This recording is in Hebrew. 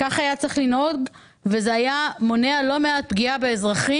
כך היה צריך לנהוג וזה היה מונע לא מעט פגיעה באזרחים.